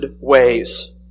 ways